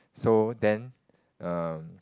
so then um